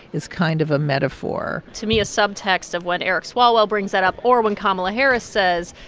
is kind of a metaphor to me a subtext of what eric swalwell brings that up or when kamala harris says,